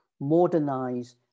modernize